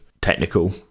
technical